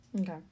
Okay